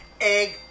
egg